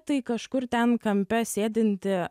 tai kažkur ten kampe sėdinti